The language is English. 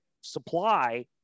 supply